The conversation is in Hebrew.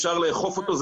אפשר לאכוף אותו,